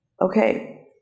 Okay